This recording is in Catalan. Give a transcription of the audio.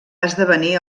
esdevenir